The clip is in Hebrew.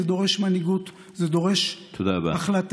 זה דורש מנהיגות, זה דורש החלטה.